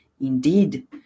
Indeed